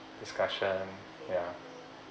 discussion ya